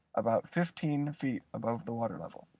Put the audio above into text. about fifteen feet above the water level.